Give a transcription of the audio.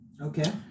Okay